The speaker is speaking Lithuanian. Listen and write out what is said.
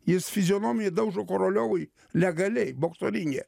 jis fizionomiją daužo koroliovui legaliai bokso ringe